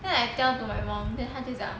then I tell to my mum then 他就讲